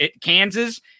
Kansas